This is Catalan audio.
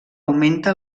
augmenta